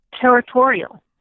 territorial